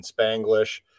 Spanglish